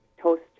toast